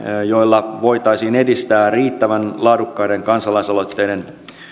joilla voitaisiin edistää riittävän laadukkaiden kansalais aloitteiden